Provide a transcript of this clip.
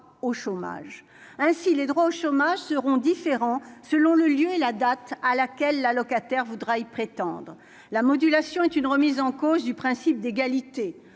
au chômage ainsi les droits au chômage seront différents selon le lieu et la date à laquelle la locataire voudra y prétendre : la modulation est une remise en cause du principe d'égalité,